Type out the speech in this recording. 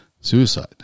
suicide